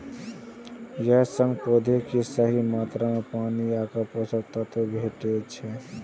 अय सं पौधा कें सही मात्रा मे पानि आ पोषक तत्व भेटै छै